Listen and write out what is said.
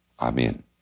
amen